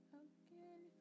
again